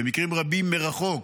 במקרים רבים מרחוק,